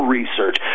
research